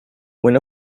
when